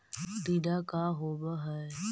टीडा का होव हैं?